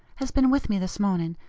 has been with me this morning,